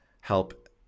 help